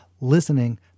Listening